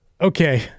Okay